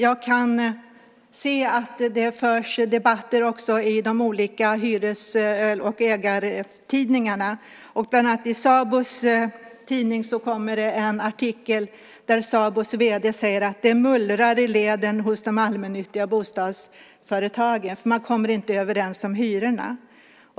Jag kan se att det förs debatter också i de olika hyres och ägartidningarna. Bland annat i Sabos tidning är det en artikel där Sabos vd säger att det mullrar i leden hos de allmännyttiga bostadsföretagen. Man kommer inte överens om hyrorna.